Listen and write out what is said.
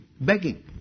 Begging